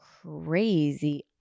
crazy